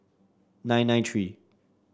nine nine three